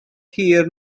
hir